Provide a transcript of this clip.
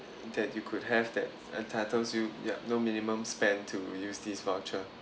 that you could have that entitles you ya no minimum spend to use this voucher